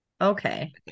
Okay